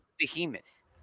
behemoth